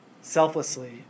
selflessly